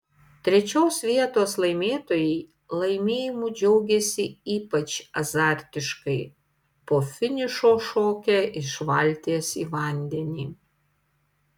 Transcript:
trečios vietos laimėtojai laimėjimu džiaugėsi ypač azartiškai po finišo šokę iš valties į vandenį